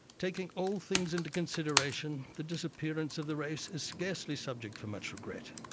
taking all things into consideration, the disappearance of the race is scarcely subject for much regret.